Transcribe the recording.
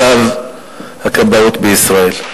מצב הכבאות בישראל.